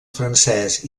francès